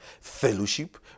fellowship